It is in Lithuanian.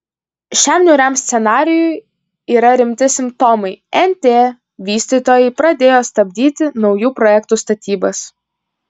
šiam niūriam scenarijui yra rimti simptomai nt vystytojai pradėjo stabdyti naujų projektų statybas